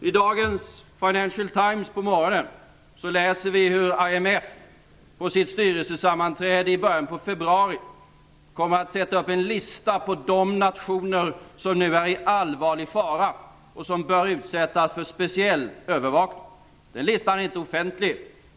I dagens Financial Times kan man läsa hur IMF på sitt styrelsesammanträde i början av februari kom att sätta upp en lista på de nationer som är i allvarlig fara och som bör utsättas för speciell övervakning. Den listan är inte offentlig.